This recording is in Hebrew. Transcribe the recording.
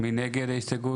1 נגד,